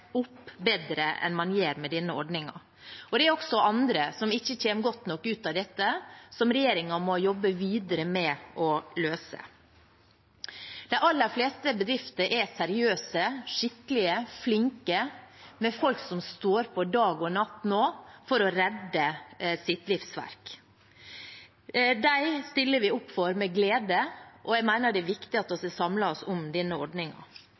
opp bedre enn man gjør med denne ordningen. Det er også andre som ikke kommer godt nok ut av dette, noe regjeringen må jobbe videre med å løse. De aller fleste bedrifter er seriøse, skikkelige og flinke, med folk som står på dag og natt nå for å redde sitt livsverk. Dem stiller vi opp for med glede, og jeg mener det er viktig at vi samler oss om denne